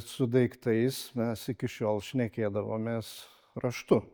su daiktais mes iki šiol šnekėdavomės raštu